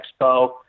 expo